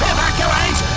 Evacuate